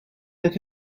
there